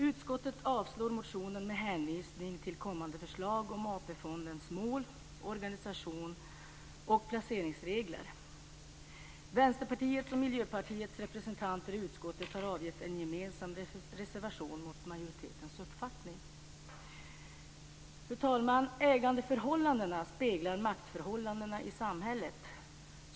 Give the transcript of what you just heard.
Utskottet avstyrker motionen med hänvisning till kommande förslag om AP-fondens mål, organisation och placeringsregler. Vänsterpartiets och Miljöpartiets representanter i utskottet har avgett en gemensam reservation mot majoritetens uppfattning. Fru talman! Ägandeförhållandena speglar maktförhållandena i samhället.